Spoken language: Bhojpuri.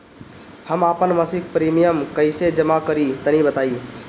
हम आपन मसिक प्रिमियम कइसे जमा करि तनि बताईं?